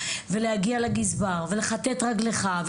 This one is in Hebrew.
להגיע לגזבר ולכתת רגליך.